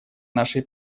нашей